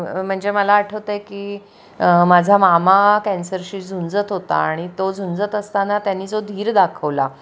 म्हणजे मला आठवतं आहे की माझा मामा कॅन्सरशी झुंजत होता आणि तो झुंजत असताना त्यानी जो धीर दाखवला